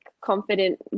confident